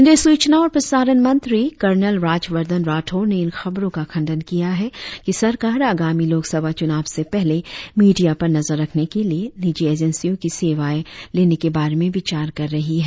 केंद्रीय सूचना और प्रसारण मंत्री कर्नल राज्यवर्धन राठौड़ ने इन खबरों का खंडन किया है कि सरकार आगामी लोकसभा चुनाव से पहले मीडिया पर नजर रखने के लिए निजी एजेंसियों की सेवाएं लेने के बारे में विचार कर रही है